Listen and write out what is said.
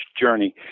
journey